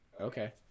Okay